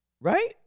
Right